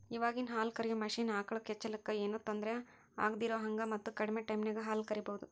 ಇವಾಗಿನ ಹಾಲ ಕರಿಯೋ ಮಷೇನ್ ಆಕಳ ಕೆಚ್ಚಲಕ್ಕ ಏನೋ ತೊಂದರೆ ಆಗದಿರೋಹಂಗ ಮತ್ತ ಕಡಿಮೆ ಟೈಮಿನ್ಯಾಗ ಹಾಲ್ ಕರಿಬಹುದು